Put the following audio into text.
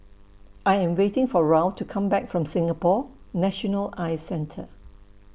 I Am waiting For Raul to Come Back from Singapore National Eye Centre